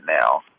now